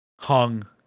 hung